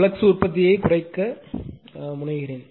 flux உற்பத்தியைக் குறைக்க முனைகின்றன